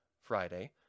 Friday